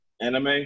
anime